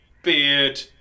Beard